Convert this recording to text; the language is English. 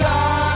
God